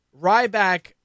Ryback